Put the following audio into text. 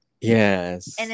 Yes